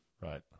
Right